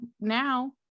now